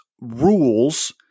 rules